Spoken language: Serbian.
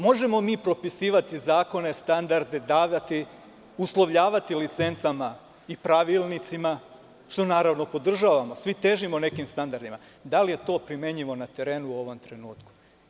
Možemo mi propisivati zakone, davati standarde, uslovljavati licencama i pravilnicima, što naravno podržavamo, svi težimo nekim standardima, da li je to primenjivo na terenu u ovom trenutku?